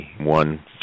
One